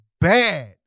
bad